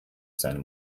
seine